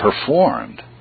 performed